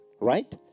right